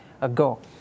ago